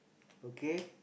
okay